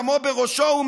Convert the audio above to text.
דמו בראשו,